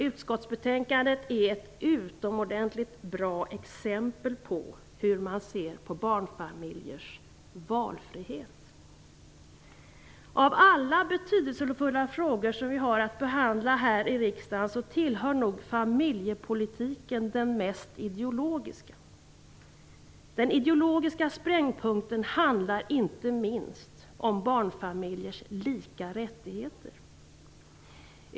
Utskottsbetänkandet är ett utomordentligt bra exempel på synen på barnfamiljers valfrihet. Av alla betydelsefulla frågor som vi har att behandla här i riksdagen tillhör nog familjepolitiken den mest ideologiska. Den ideologiska sprängpunkten handlar inte minst om barnfamiljers lika rättigheter.